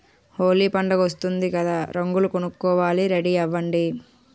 హోలీ పండుగొస్తోంది కదా రంగులు కొనుక్కోవాలి రెడీ అవ్వండి